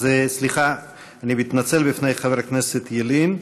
אז אני מתנצל בפני חבר הכנסת ילין,